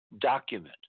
document